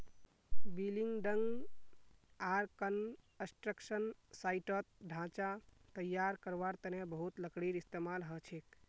building आर construction साइटत ढांचा तैयार करवार तने बहुत लकड़ीर इस्तेमाल हछेक